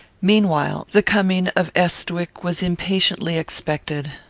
meanwhile, the coming of estwick was impatiently expected.